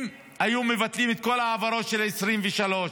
אם היו מבטלים את כל ההעברות של 2023,